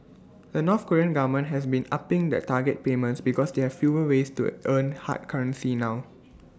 the north Korean government has been upping the target payments because they have fewer ways to earn hard currency now